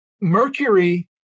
Mercury